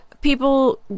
people